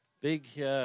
Big